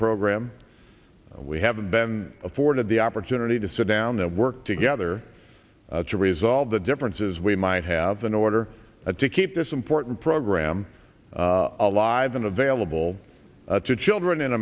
program we haven't been afforded the opportunity to sit down to work together to resolve the differences we might have in order to keep this important program alive in available to children in